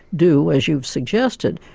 do as you've suggested,